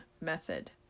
method